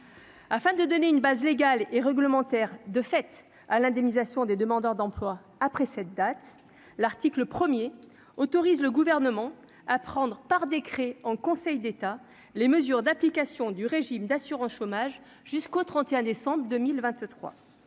afin de donner une base légale et réglementaire de fait à l'indemnisation des demandeurs d'emploi après cette date, l'article 1er autorise le gouvernement à prendre par décret en Conseil d'État, les mesures d'application du régime d'assurance chômage, jusqu'au 31 décembre 2023